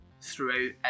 throughout